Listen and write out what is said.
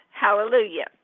Hallelujah